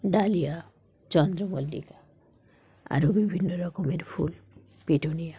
dahlia চন্দ্রমল্লিকা আরও বিভিন্ন রকমের ফুল পিটুনিয়া